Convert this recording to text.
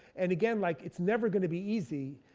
and again like it's never gonna be easy,